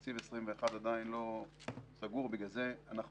תקציב 2021 עדיין לא סגור ובגלל זה אנחנו